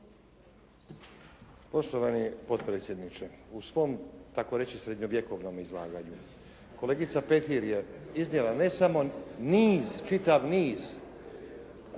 Poštovani potpredsjedniče, u svom tako reći srednjovjekovnom izlaganju kolegica Petir je iznijela ne samo niz, čitav niz